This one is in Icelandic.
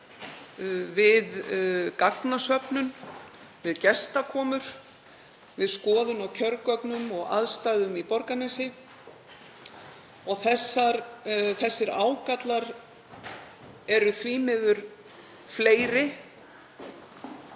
við gagnasöfnun, við gestakomur, við skoðun á kjörgögnum og aðstæðum í Borgarnesi. Þessir ágallar eru því miður fleiri